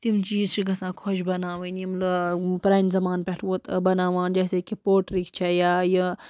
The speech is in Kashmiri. تِم چیٖز چھِ گژھان خۄش بناوٕنۍ یِم پرٛانہِ زمانہٕ پٮ۪ٹھ ووت بناوان جیسے کہِ پوٹرٛی چھِ یا یہِ